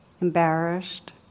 embarrassed